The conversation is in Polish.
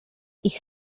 ich